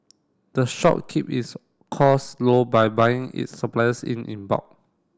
the shop keep its cost low by buying its suppliers in in bulk